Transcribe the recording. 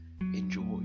enjoy